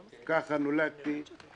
ככה נולדתי,